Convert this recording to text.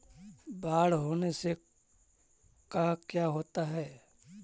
बाढ़ होने से का क्या होता है?